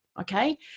Okay